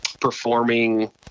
performing